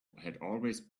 always